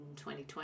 2020